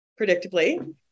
predictably